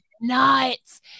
nuts